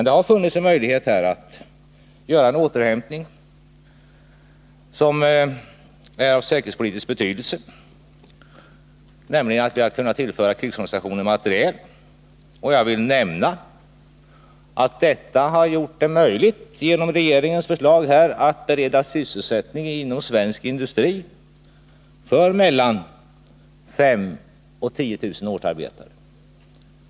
Det har dock förelegat tillfälle att göra en återhämtning av säkerhetspolitisk betydelse, genom att vi har kunnat tillföra krigsorganisationen materiel. Jag vill nämna att det har varit möjligt att genom regeringens förslag på denna väg bereda sysselsättning inom svensk industri för mellan 5 000 och 10 000 årsarbetare.